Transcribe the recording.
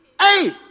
Hey